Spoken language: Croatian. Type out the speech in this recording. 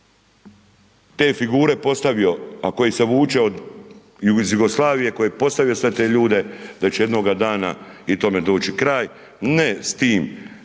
te figure postavio a koji se vuče iz Jugoslavije, koji je postavio sve te ljude, da će jednog dana i tome doći kraj, ne s tim